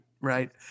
right